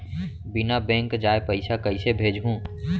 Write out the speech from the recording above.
बिना बैंक जाए पइसा कइसे भेजहूँ?